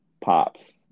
pops